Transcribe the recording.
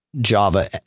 Java